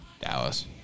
Dallas